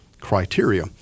criteria